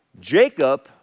Jacob